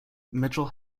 mitchell